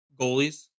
goalies